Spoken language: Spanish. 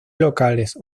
locales